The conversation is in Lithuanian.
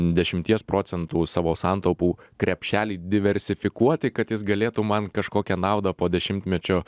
dešimties procentų savo santaupų krepšelį diversifikuoti kad jis galėtų man kažkokią naudą po dešimtmečio